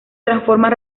transforman